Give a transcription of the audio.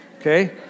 okay